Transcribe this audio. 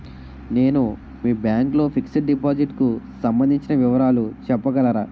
నేను మీ బ్యాంక్ లో ఫిక్సడ్ డెపోసిట్ కు సంబందించిన వివరాలు చెప్పగలరా?